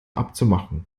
abzumachen